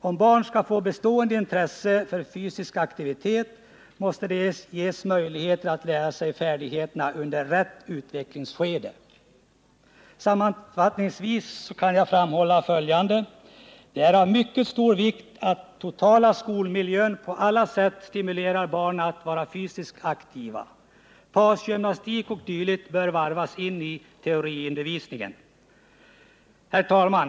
Om barnen skall få bestående intresse för fysisk aktivitet måste de ges möjligheter att lära sig färdigheterna under rätt utvecklingsskede. Sammanfattningsvis vill jag anföra följande: Det är av mycket stor vikt att den totala skolmiljön på alla sätt stimulerar barnen att vara fysiskt aktiva. Pausgymnastik o. d. bör varvas in i teoriundervisningen. Herr talman!